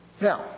Now